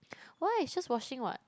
why is just washing what